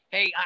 Hey